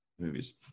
movies